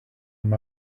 him